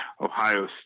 Ohio